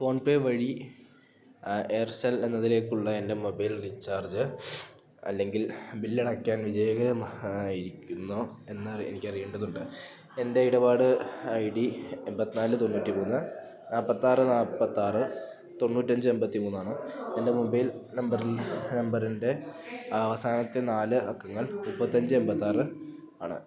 PhonePe വഴി Aircel എന്നതിലേക്കുള്ള എൻ്റെ മൊബൈൽ റീചാർജ് അല്ലെങ്കിൽ ബില്ല് അടയ്ക്കാൻ വിജയകരമായിരിക്കുന്നോ എന്ന് എനിക്ക് അറിയേണ്ടതുണ്ട് എൻ്റെ ഇടപാട് ഐ ഡി എമ്പത്തിനാല് തൊണ്ണൂറ്റിമൂന്ന് നാൽപ്പത്താറ് നാൽപ്പത്താറ് തൊണ്ണൂറ്റഞ്ച് എമ്പത്തി മൂന്നാണ് എൻ്റെ മൊബൈൽ നമ്പറിൽ നമ്പറിൻ്റെ അവസാനത്തെ നാല് അക്കങ്ങൾ മുപ്പത്തഞ്ച് എമ്പത്താറ് ആണ്